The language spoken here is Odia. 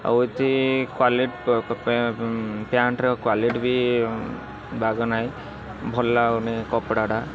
ଆଉ ହେଉଛି କ୍ୱାଲିଟି ପ୍ୟାଣ୍ଟର କ୍ୱାଲିଟିବି ବାଗ ନାହିଁ ଭଲ ଲାଗୁନି କପଡ଼ାଟା